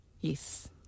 Yes